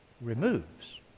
removes